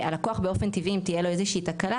שהלקוח באופן טבעי אם תהיה לו איזושהי תקלה,